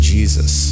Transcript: Jesus